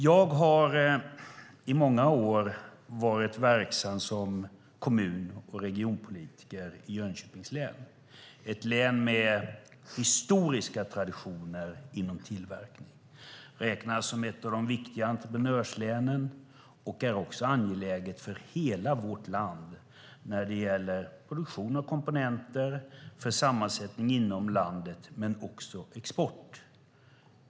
Jag har i många år varit verksam som kommun och regionpolitiker i Jönköpings län, ett län med historiska traditioner inom tillverkning. Det räknas som ett av de viktiga entreprenörslänen och är också angeläget för hela vårt land när det gäller produktion av komponenter för sammansättning inom landet men också på export.